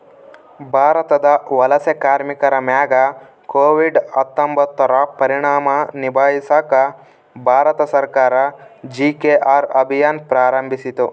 ಭಾರತದ ವಲಸೆ ಕಾರ್ಮಿಕರ ಮ್ಯಾಗ ಕೋವಿಡ್ ಹತ್ತೊಂಬತ್ತುರ ಪರಿಣಾಮ ನಿಭಾಯಿಸಾಕ ಭಾರತ ಸರ್ಕಾರ ಜಿ.ಕೆ.ಆರ್ ಅಭಿಯಾನ್ ಪ್ರಾರಂಭಿಸಿತು